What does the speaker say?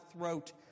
throat